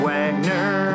Wagner